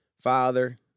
Father